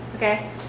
Okay